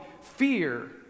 fear